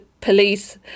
police